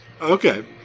Okay